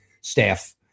staff